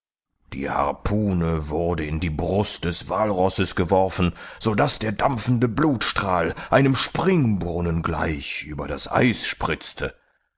die harpune wurde in die brust des walrosses geworfen sodaß der dampfende blutstrahl einem spingbrunnen gleich über das eis spritzte